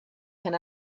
can